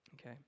okay